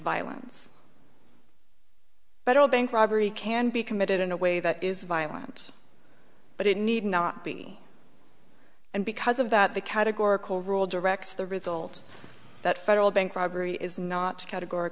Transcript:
violence but all bank robbery can be committed in a way that is violent but it need not be and because of that the categorical rule directs the result that federal bank robbery is not categor